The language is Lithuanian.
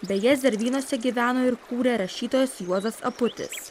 beje zervynose gyveno ir kūrė rašytojas juozas aputis